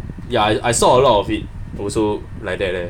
ya I saw a lot of it also like that eh